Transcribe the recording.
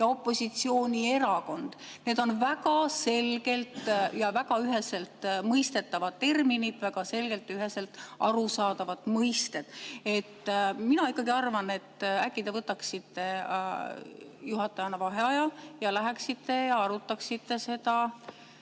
ja "opositsioonierakond" on väga selgelt ja väga üheselt mõistetavad terminid, väga selgelt ja üheselt arusaadavad mõisted. Mina ikkagi arvan, et äkki te võtaksite juhataja vaheaja ning läheksite ja arutaksite seda